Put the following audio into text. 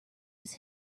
was